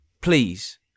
please